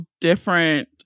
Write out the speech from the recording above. different